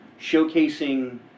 showcasing